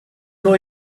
know